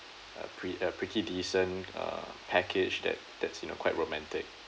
a pre~ a pretty decent uh package that that's you know quite romantic